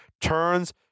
turns